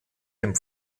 dem